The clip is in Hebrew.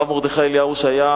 הרב מרדכי אליהו, שהיה